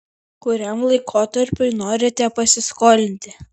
kuriam laikotarpiui norite pasiskolinti